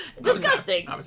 Disgusting